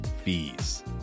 fees